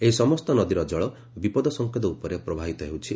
ଏହି ସମସ୍ତ ନଦୀର ଜଳ ବିପଦ ସଂକେତ ଉପରେ ପ୍ରବାହିତ ହେଉଛି